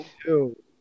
two